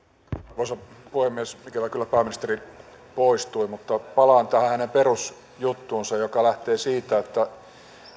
arvoisa puhemies ikävä kyllä pääministeri poistui mutta palaan tähän hänen perusjuttuunsa joka lähtee siitä että